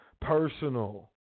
personal